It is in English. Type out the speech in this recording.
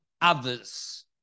others